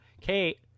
Kate